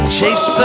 chase